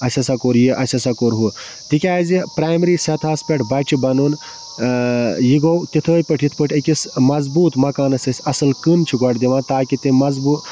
اَسہِ ہسا کوٚر یہِ اَسہِ ہسا کوٚر ہُہ تِکیٛازِ پرٛیمری سَطحس پٮ۪ٹھ بَچہٕ بَنُن یہِ گوٚو تِتھٕے پٲٹھۍ یِتھ پٲٹھۍ أکِس مضبوٗط مکانَس أسۍ اَصٕل کٕن چھِ گۄڈٕ دِوان تاکہِ تٔمۍ مضبوٗ